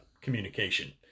communication